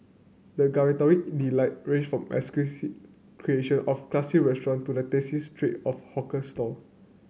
the gustatory delight range from exquisite creation of classy restaurant to the tasty treat of hawker stall